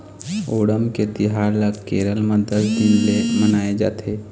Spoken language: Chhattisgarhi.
ओणम के तिहार ल केरल म दस दिन ले मनाए जाथे